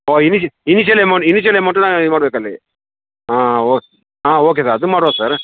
ಓ ಇನಿಷಿ initial amount initial ಅಮೌಂಟನ್ನ ಇದು ಮಾಡ್ಬೇಕು ಅಲ್ಲಿ ಹಾಂ ಓಕೆ ಹಾಂ ಓಕೆ ಸರ್ ಅದು ಮಾಡ್ಬೋದು ಸರ್